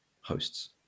hosts